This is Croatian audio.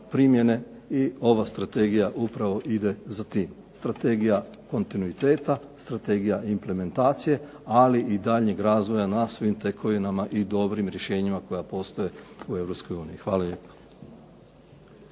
i ova strategija upravo ide za tim. Strategija kontinuiteta, strategija implementacije, ali i daljnjeg razvoja na svim tekovinama i dobrim rješenjima koja postoje u Europskoj uniji.